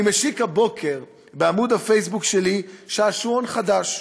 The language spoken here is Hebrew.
אני משיק הבוקר בעמוד הפייסבוק שלי שעשועון חדש,